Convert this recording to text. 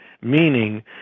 meaning